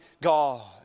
God